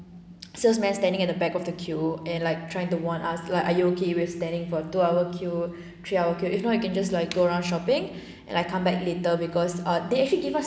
sales man standing at the back of the queue and like trying to warn us like are you okay if you standing for two hour queue three hours queue if not you can just like go around shopping and ah come back later because uh they actually give us